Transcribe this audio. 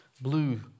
blue